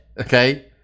Okay